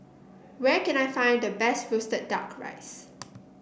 where can I find the best roasted duck rice